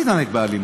אל תתנהג באלימות.